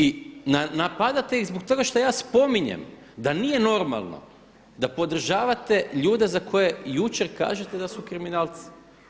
I napadate ih zbog toga što ja spominjem da nije normalno da podržavate ljude za koje jučer kažete da su kriminalci.